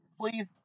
Please